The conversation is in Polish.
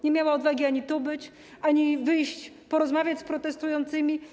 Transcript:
Nie miała odwagi ani tu być, ani wyjść porozmawiać z protestującymi.